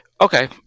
okay